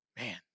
Man